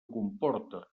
comporta